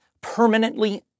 permanently